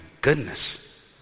goodness